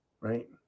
Right